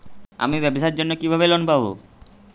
আমি ব্যবসার জন্য কিভাবে লোন পাব?